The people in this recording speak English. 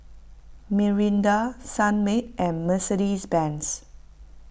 Mirinda Sunmaid and Mercedes Benz